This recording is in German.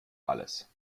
alles